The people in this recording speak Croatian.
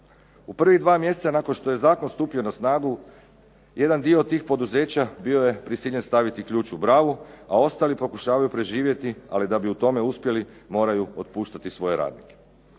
U prvih dva mjeseca nakon što je zakon stupio na snagu jedan dio tih poduzeća bio je prisiljen staviti ključ u bravu a ostali pokušavaju preživjeti ali da bi u tome uspjeli moraju otpuštati svoje radnike.